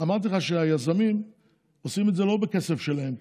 אמרתי לך שהיזמים עושים את זה לא בכסף שלהם,